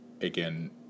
again